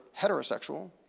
heterosexual